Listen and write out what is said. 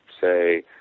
say